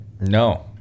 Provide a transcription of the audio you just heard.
no